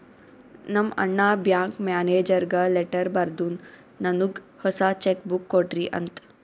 ನಮ್ ಅಣ್ಣಾ ಬ್ಯಾಂಕ್ ಮ್ಯಾನೇಜರ್ಗ ಲೆಟರ್ ಬರ್ದುನ್ ನನ್ನುಗ್ ಹೊಸಾ ಚೆಕ್ ಬುಕ್ ಕೊಡ್ರಿ ಅಂತ್